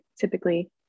typically